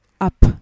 up